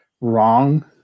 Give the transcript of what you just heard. wrong